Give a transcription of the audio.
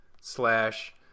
slash